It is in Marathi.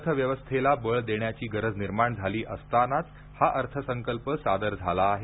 अर्थव्यवस्थेला बळ देण्याची गरज निर्माण झाली असतानाच हा अर्थसंकल्प सादर झाला आहे